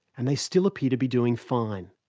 and they still appear to be doing fine.